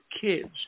kids